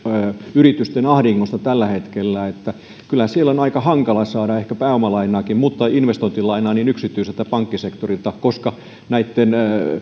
yritysten ahdingosta tällä hetkellä kyllähän siellä on aika hankala saada ehkä pääomalainaakin mutta myös investointilainaa yksityiseltä pankkisektorilta koska